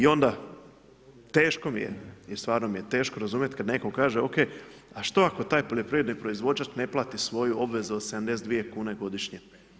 I onda teško mi je, i stvarno mi je teško, razumijete kada netko kaže ok, a što ako taj poljoprivredni proizvođač ne plati svoju obvezu od 72 kune godišnje.